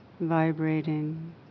vibrating